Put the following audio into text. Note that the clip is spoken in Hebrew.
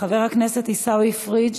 חבר הכנסת עיסאווי פריג',